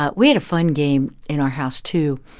but we had a fun game in our house, too.